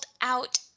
out